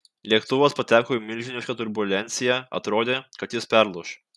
lėktuvas pateko į milžinišką turbulenciją atrodė kad jis perlūš